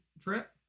trip